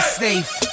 safe